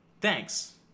Thanks